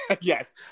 Yes